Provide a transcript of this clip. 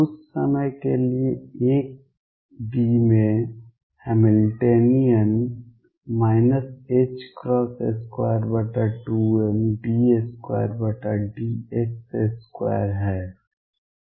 कुछ समय के लिए 1 D में हैमिल्टनियन 22md2dx2 है